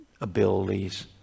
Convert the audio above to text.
abilities